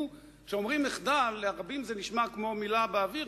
כשאומרים "מחדל", לרבים זה נשמע כמו מלה באוויר.